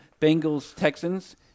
Bengals-Texans